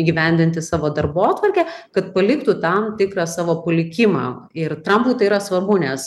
įgyvendinti savo darbotvarkę kad paliktų tam tikrą savo palikimą ir trampui tai yra svarbu nes